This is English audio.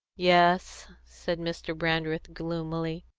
yes, said mr. brandreth gloomily.